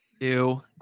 Ew